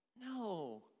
No